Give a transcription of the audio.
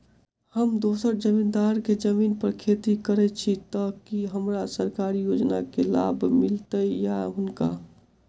हम दोसर जमींदार केँ जमीन पर खेती करै छी तऽ की हमरा सरकारी योजना केँ लाभ मीलतय या हुनका?